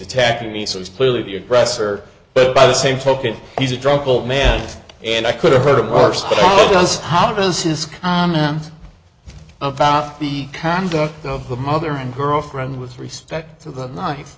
attacking me so it's clearly the aggressor but by the same token he's a drunk old man and i could have heard of course but does how does his comment about the conduct of the mother and girlfriend with respect to the kni